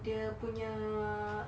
dia punya